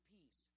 Peace